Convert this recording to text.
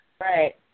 Right